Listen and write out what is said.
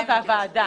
הוועדה.